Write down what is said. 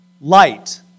light